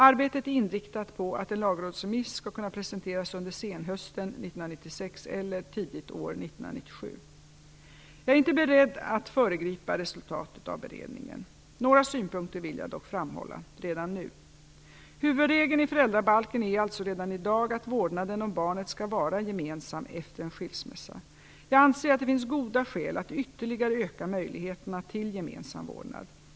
Arbetet är inriktat på att en lagrådsremiss skall kunna presenteras under senhösten Jag är inte beredd att föregripa resultatet av beredningen. Några synpunkter vill jag dock framhålla redan nu. Huvudregeln i föräldrabalken är alltså redan i dag att vårdnaden om barnet skall vara gemensam efter en skilsmässa. Jag anser att det finns goda skäl att ytterligare öka möjligheterna till gemensam vårdnad.